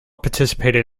participated